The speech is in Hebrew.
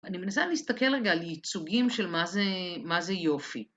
אני מנסה להסתכל רגע על ייצוגים של מה זה יופי.